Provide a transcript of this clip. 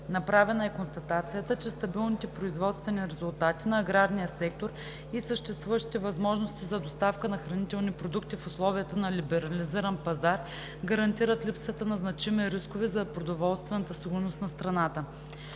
Направена е констатацията, че стабилните производствени резултати на аграрния сектор и съществуващите възможности за доставка на хранителни продукти в условията на либерализиран пазар гарантират липсата на значими рискове за продоволствената сигурност на страната.